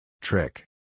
Trick